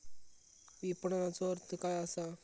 विपणनचो अर्थ काय असा?